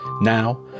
Now